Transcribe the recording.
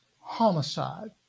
homicide